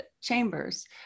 chambers